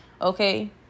Okay